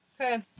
Okay